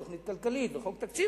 תוכנית כלכלית וחוק תקציב,